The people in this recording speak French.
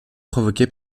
provoqué